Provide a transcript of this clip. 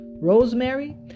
rosemary